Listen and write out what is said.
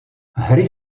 hry